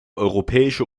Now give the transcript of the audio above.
europäische